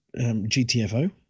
GTFO